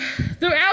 throughout